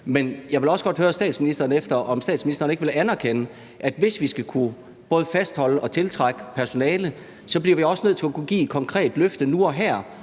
Men jeg vil også gerne høre statsministeren, om statsministeren ikke vil anerkende, at hvis vi skal kunne både fastholde og tiltrække personale, bliver vi også nødt til at kunne give et konkret løfte nu og her